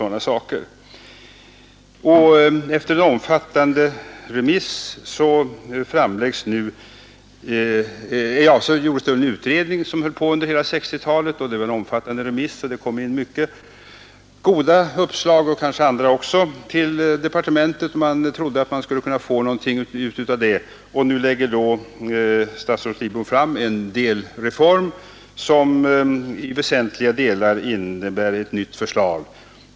Det gjordes en utredning som arbetade under hela 1960-talet, och det blev en omfattande remiss. Det kom in mycket goda uppslag — och kanske andra också — till departementet. Man trodde att man skulle få någonting ut av det, och nu lägger statsrådet Lidbom fram proposition om en delreform som i väsentliga stycken innebär ett nytt förslag.